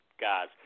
guys